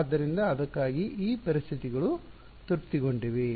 ಆದ್ದರಿಂದ ಅದಕ್ಕಾಗಿ ಈ ಪರಿಸ್ಥಿತಿಗಳು ತೃಪ್ತಿಗೊಂಡಿವೆ